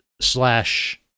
slash